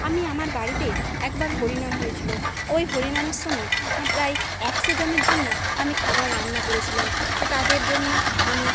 আমি আমার বাড়িতে একবার হরিনাম হয়েছিলো ওই হরিনামের সময় প্রায়ই একশো জনের জন্য আমি খাবার রান্না করেছিলাম তাদের জন্য আমি